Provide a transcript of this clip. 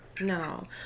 no